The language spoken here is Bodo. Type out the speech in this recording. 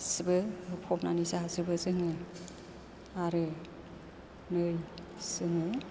गासिबो होफबनानै जाजोबो जोङो आरो नै जोङो